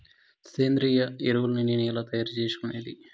సేంద్రియ ఎరువులని నేను ఎలా తయారు చేసుకునేది?